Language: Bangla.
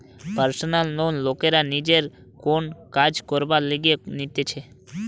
পারসনাল লোন লোকরা নিজের কোন কাজ করবার লিগে নিতেছে